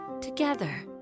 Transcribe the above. together